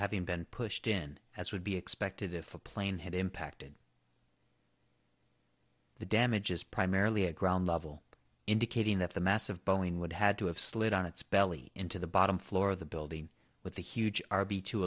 having been pushed in as would be expected if a plane had impacted the damage is primarily a ground level indicating that the massive boeing would had to have slid on its belly into the bottom floor of the building with the huge r b two